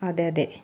അതെ അതെ